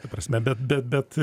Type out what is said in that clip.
ta prasme bet bet bet